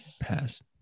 pass